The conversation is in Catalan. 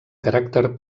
caràcter